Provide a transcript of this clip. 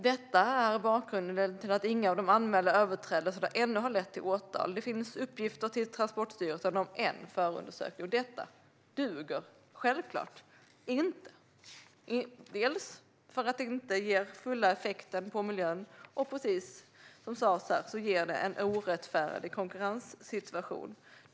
Detta är bakgrunden till att inga av de anmälda överträdelserna ännu har lett till åtal. Det finns uppgifter till Transportstyrelsen om en förundersökning. Detta duger självklart inte. Det blir då inte full effekt när det gäller miljön, och precis som sas blir det en orättfärdig konkurrenssituation.